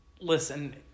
Listen